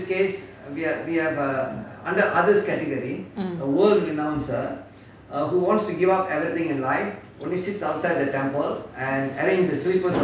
mm